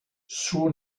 suo